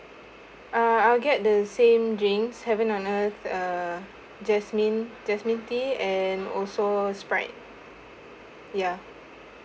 ah I'll get the same drinks Heaven and Earth err jasmine jasmine tea and also Sprite ya